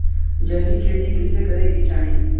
जैविक खेती कइसे करे के चाही?